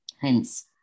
Hence